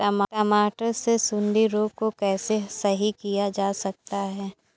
टमाटर से सुंडी रोग को कैसे सही किया जा सकता है?